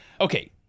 Okay